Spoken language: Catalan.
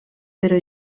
però